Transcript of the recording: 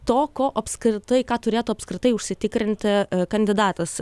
to ko apskritai ką turėtų apskritai užsitikrinti kandidatas